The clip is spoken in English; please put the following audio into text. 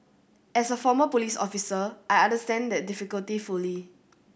as a former police officer I understand that difficulty fully